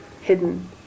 hidden